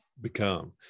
become